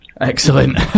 Excellent